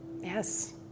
Yes